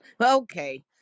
Okay